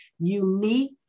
unique